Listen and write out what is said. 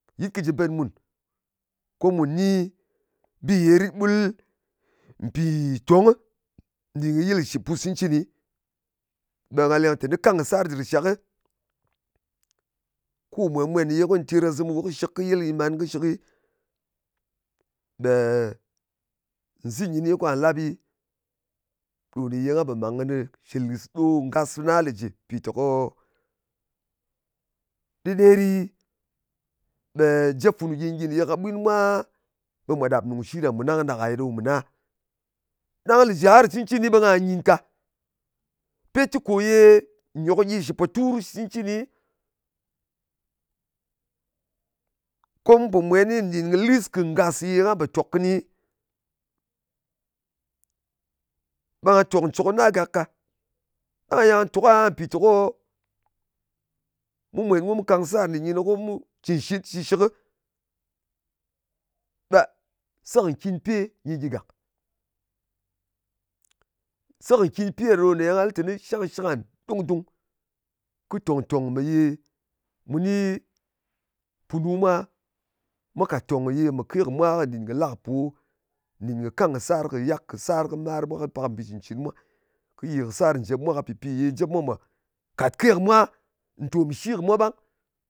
Yɨt kɨ jɨ ɓèt mùn, ko mu ni bi ye rit ɓul nldin tongɨ nɗin kɨ yɨl, shɨ pus cɨncɨni. Ɓe nga lent teni kang kɨ sar lè jɨ dɨr shakɨ, ku mwēn-mwen ko nyɨ terkazɨm wu kɨshɨk, ko yɨl nyɨ mankɨshɨk, ɓe nzin kɨni, kà lapi ɗo ye ngà pò màng kɨnɨ shɨ ɗo ngas fana lè jɨ, mpìteko ɗɨderi, ɓe jep funu gyin-gyin kaɓwin mwa, ɓe mwà ɗàp nùng shi ɗà mùn ɗang ɗak-e ɗo mɨ na. Ɗang lē jɨ har shɨ cɨncɨni, ɓe nga nyin ka. Pet kɨ kò ye nyòk gyɨ shɨ potur, shɨ cɨncɨni, ko mu pò mwenɨ ŋɗin kɨ nlɨs ngas kò ye ngan pò tok kɨni, ɓe ngà tòk ncòk na gak ka. Ɗang ye nga tok aha mpìteko mu mwen ko mu kang sar nɗin kɨnɨ, ko mu cɨn shit shɨshɨkɨ, ɓe se kɨ nkìnpe nyɨ gyi gàk. Se kɨ nkinpe ɗa ɗo ye nga lɨ teni shangshɨk ngan dung-dung kɨ tòng-tòng me ye mu ni punu mwa mwā kàt tòng me ye mɨ ke kɨ mwa nɗin kɨ la kɨ pò, nɗin kɨ kang kɨ sar, kɨ yak kɨ sar, kɨ mar mwa, kɨ pak mbì cɨn-cɨn mwa. Kɨ yè kɨ sar njèp mwa ka pì ye jep mwa ka ke kɨ mwa, ntòm shi kɨ mwa ɓang.